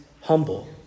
humble